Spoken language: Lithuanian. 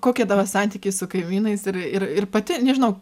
kokie tavo santykiai su kaimynais ir ir ir pati nežinau